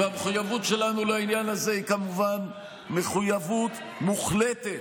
והמחויבות שלנו לעניין הזה היא כמובן מחויבות מוחלטת.